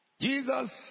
Jesus